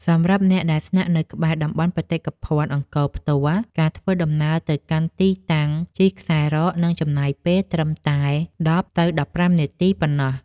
សម្រាប់អ្នកដែលស្នាក់នៅក្បែរតំបន់បេតិកភណ្ឌអង្គរផ្ទាល់ ការធ្វើដំណើរទៅកាន់ទីតាំងជិះខ្សែរ៉កនឹងចំណាយពេលត្រឹមតែ ១០ ទៅ ១៥ នាទីប៉ុណ្ណោះ។